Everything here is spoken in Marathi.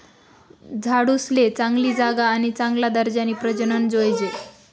झाडूसले चांगली जागा आणि चांगला दर्जानी प्रजनन जोयजे